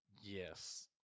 yes